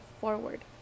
forward